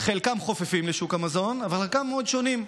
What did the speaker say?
חלקם חופפים לשוק המזון אבל חלקם מאוד שונים.